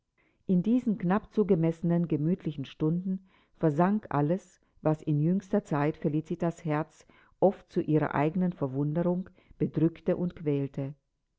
in diesen knapp zugemessenen gemütlichen stunden versank alles was in jüngster zeit felicitas herz oft zu ihrer eigenen verwunderung bedrückte und quälte